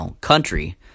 country